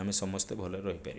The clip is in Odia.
ଆମେ ସମସ୍ତେ ଭଲରେ ରହିପାରିବା